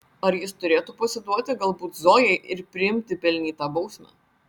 ar jis turėtų pasiduoti galbūt zojai ir priimti pelnytą bausmę